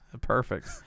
perfect